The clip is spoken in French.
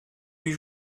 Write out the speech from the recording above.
huit